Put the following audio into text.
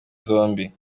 zombi